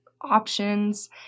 options